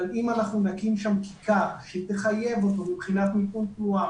אבל אם נקים שם כיכר שתחייב אותו מבחינת מיקום תנועה,